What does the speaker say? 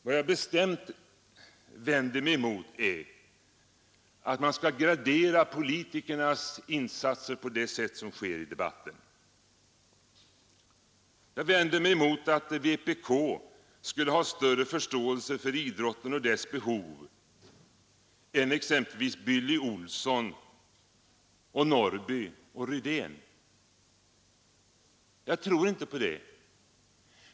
Vad jag bestämt vänder mig mot är att man skall gradera politikernas insatser på det sätt som sker i debatten. Jag vänder mig emot uppfattningen att vpk skulle ha större förståelse för idrotten och dess behov än exempelvis herrar Billy Olsson, Norrby i Gunnarskog och Rydén. Jag tror inte på det.